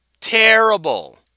Terrible